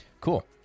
Cool